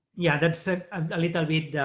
yeah, that's a a little bit,